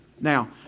Now